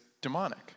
demonic